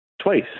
twice